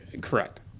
correct